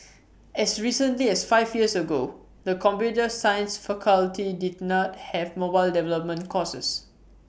as recently as five years ago the computer science faculty did not have mobile development courses